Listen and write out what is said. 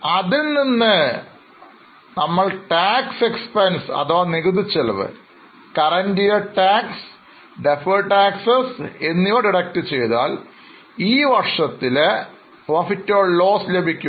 അതിൽനിന്നും നമ്മൾ X Tax expense അഥവാ നികുതി ചെലവ് current year taxes deferred taxes എന്നിവ കുറച്ചാൽ ഈ വർഷത്തിലെ Profit or loss ലഭിക്കും